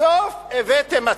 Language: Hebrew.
בסוף הבאתם הצעה.